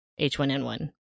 H1N1